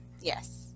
Yes